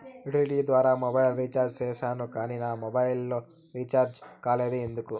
Utility ద్వారా mobile recharge సేసాను కానీ నా మొబైల్ రీచార్జి కాలేదు ఎందుకు?